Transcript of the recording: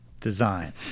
Design